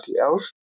else